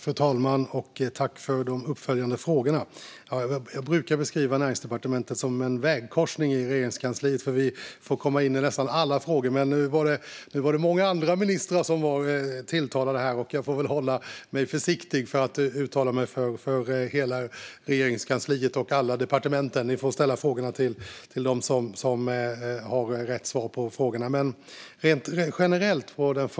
Fru talman! Tack för de uppföljande frågorna! Jag brukar beskriva Näringsdepartementet som en vägkorsning i Regeringskansliet, för vi får komma in i nästan alla frågor. Nu togs många andra ministrar upp här, och jag måste nog vara lite försiktig så att jag inte uttalar mig för hela Regeringskansliet och alla departement. Ni får ställa frågorna till dem som har rätt svar på dem. Men låt mig ge ett generellt svar.